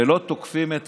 ולא תוקפים את